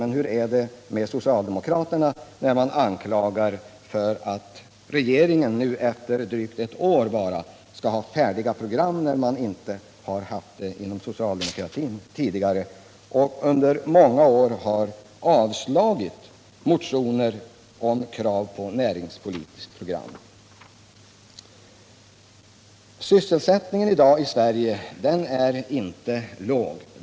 Men hur är det med socialdemokraterna som nu anklagar regeringen efter bara drygt ett år för att den inte har några färdiga program? Sysselsättningen i dag i Sverige är inte låg.